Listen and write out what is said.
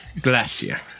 Glacier